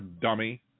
dummy